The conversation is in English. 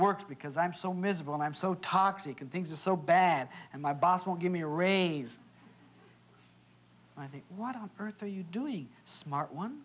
worked because i'm so miserable and i'm so toxic and things are so bad and my boss won't give me a raise i think what on earth are you doing smart one